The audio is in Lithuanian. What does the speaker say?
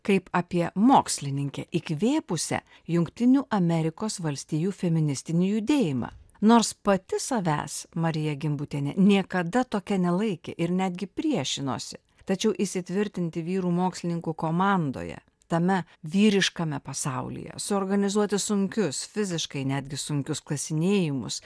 kaip apie mokslininkę įkvėpusią jungtinių amerikos valstijų feministinį judėjimą nors pati savęs marija gimbutienė niekada tokia nelaikė ir netgi priešinosi tačiau įsitvirtinti vyrų mokslininkų komandoje tame vyriškame pasaulyje suorganizuoti sunkius fiziškai netgi sunkius kasinėjimus